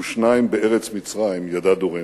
ושניים בארץ מצרים ידע דורנו,